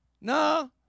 No